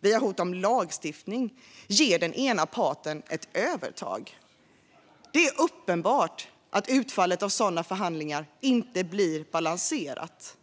via hot om lagstiftning ger den ena parten ett övertag. Det är uppenbart att utfallet av sådana förhandlingar inte blir balanserat.